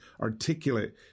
articulate